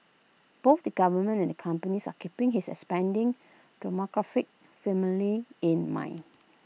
both the government and companies are keeping his expanding demographic firmly in mind